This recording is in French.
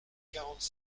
quarante